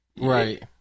Right